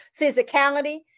physicality